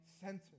center